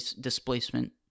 displacement